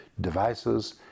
devices